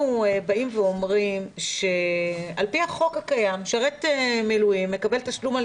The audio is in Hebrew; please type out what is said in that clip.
אנחנו אומרים שעל פי החוק הקיים משרת מילואים מקבל תשלום על